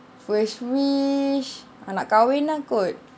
first wish nak kahwin ah kot